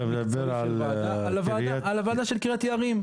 אני מדבר על הוועדה של קרית יערים.